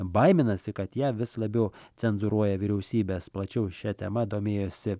baiminasi kad ją vis labiau cenzūruoja vyriausybės plačiau šia tema domėjosi